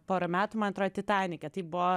porą metų man atrodo titanike tai buvo